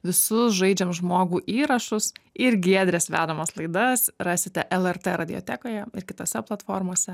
visus žaidžiam žmogų įrašus ir giedrės vedamas laidas rasite lrt radiotekoje ir kitose platformose